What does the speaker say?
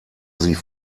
sie